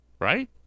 right